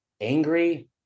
angry